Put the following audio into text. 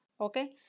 okay